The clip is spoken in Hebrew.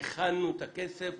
הכנו את הכסף,